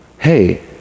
hey